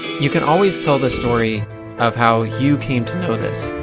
you can always tell the story of how you came to know this.